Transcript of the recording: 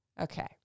okay